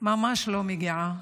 ממש לא מגיעה,